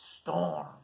storm